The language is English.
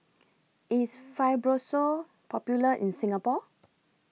IS Fibrosol Popular in Singapore